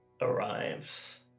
arrives